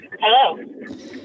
Hello